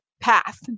path